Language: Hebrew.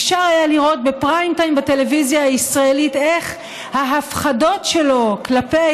אפשר היה לראות בפריים-טיים בטלוויזיה הישראלית איך ההפחדות שלו כלפי